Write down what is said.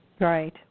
Right